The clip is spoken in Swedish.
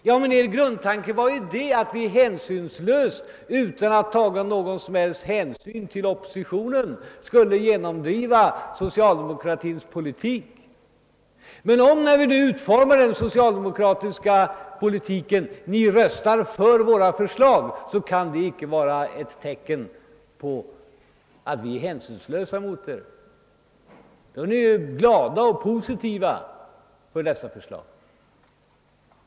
Ja, men er grundtanke var ju att vi hänsynslöst utan att ta någon som helst notis om oppositionens uppfattning skulle genomdriva socialdemokratins politik. Men om ni, när vi nu utformar den socialdemokratiska politiken, röstar för våra förslag kan det icke vara ett tecken på att vi är hänsynslösa mot er. Då är ni ju glada och positiva för dessa förslag.